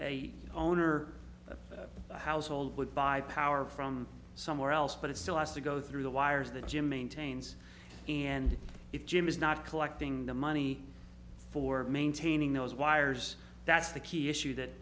the household would buy power from somewhere else but it still has to go through the wires that jim maintains and if jim is not collecting the money for maintaining those wires that's the key issue that